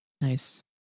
Nice